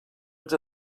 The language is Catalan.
ens